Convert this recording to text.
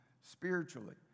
spiritually